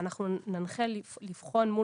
ואנחנו ננחה לבחון,